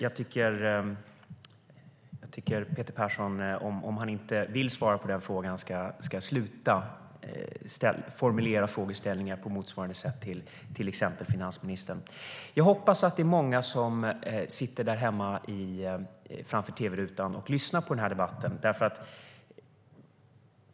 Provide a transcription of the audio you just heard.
Om Peter Persson inte vill svara på den frågan tycker jag att han ska sluta formulera frågeställningar på motsvarande sätt till exempelvis finansministern. Jag hoppas att det är många som sitter där hemma framför tv-rutan och lyssnar på debatten.